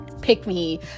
pick-me